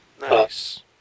Nice